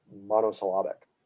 monosyllabic